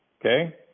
okay